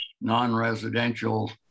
non-residential